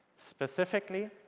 specifically,